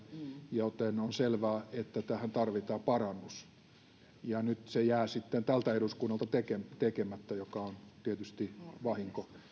joten on selvää että tähän tarvitaan parannus nyt se jää sitten tältä eduskunnalta tekemättä mikä on tietysti vahinko